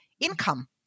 income